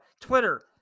Twitter